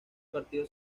partido